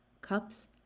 cups